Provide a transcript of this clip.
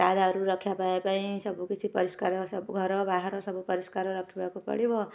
ତା ଦାଉରୁ ରକ୍ଷା ପାଇବା ପାଇଁ ସବୁ କିଛି ପରିଷ୍କାର ସବୁ ଘର ବାହାର ସବୁ ପରିଷ୍କାର ରଖିବାକୁ ପଡ଼ିବ